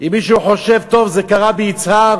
אם מישהו חושב, טוב, זה קרה ביצהר,